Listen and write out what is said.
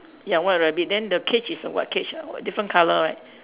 ya white rabbit then the cage is a what cage ah different colour right